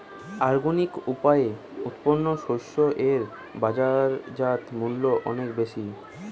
organic উপায়ে উৎপন্ন শস্য এর বাজারজাত মূল্য অনেক বেশি